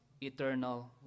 eternal